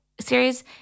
series